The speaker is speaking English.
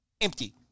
Empty